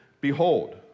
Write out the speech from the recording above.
Behold